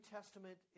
Testament